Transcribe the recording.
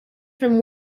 from